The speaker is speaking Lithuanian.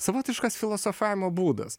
savotiškas filosofavimo būdas